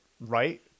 right